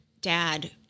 dad